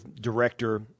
director